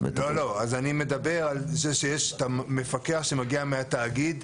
אני מדבר על מפקח שמגיע מהתאגיד,